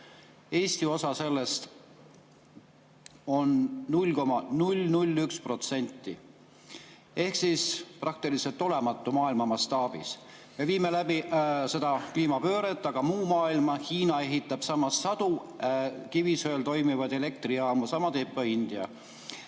Eesti osa selles on 0,001% ehk siis praktiliselt olematu maailma mastaabis. Me viime läbi seda kliimapööret, aga muu maailm … Näiteks Hiina ehitab samas sadu kivisöel toimivaid elektrijaamu, sama teeb ka India.